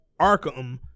Arkham